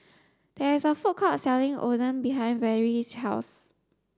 there is a food court selling Oden behind Vennie's house